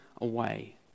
away